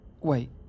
Wait